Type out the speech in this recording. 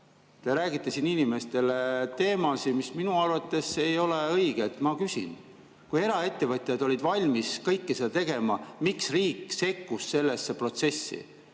Te räägite siin inimestele teemasid, mis minu arvates ei ole õiged. Ma küsin: kui eraettevõtjad olid valmis kõike seda tegema, siis miks riik sekkus sellesse protsessi